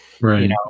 Right